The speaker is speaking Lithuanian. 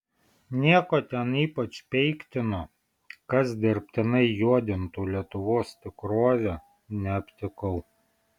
nieko ten ypač peiktino kas dirbtinai juodintų lietuvos tikrovę neaptikau